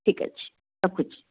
ଠିକ୍ ଅଛି ରଖୁଛି